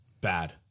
Bad